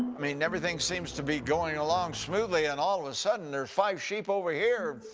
i mean everything seems to be going along smoothly and all of a sudden there are five sheep over here,